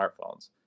smartphones